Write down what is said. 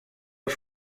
els